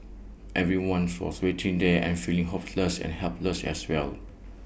everyone for was waiting there and feeling hopeless and helpless as well